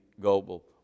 global